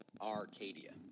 Arcadia